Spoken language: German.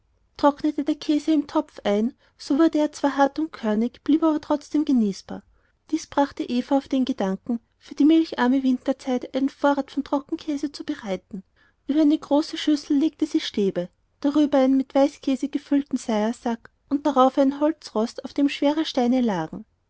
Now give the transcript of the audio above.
trocknete der käse im topf ein so wurde er zwar hart und körnig blieb aber trotzdem genießbar dies brachte eva auf den gedanken für die milcharme winterzeit einen vorrat von trockenkäse zu bereiten über eine große schüssel legte sie stäbe darüber einen mit weißkäse gefüllten seihersack und darauf einen